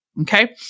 Okay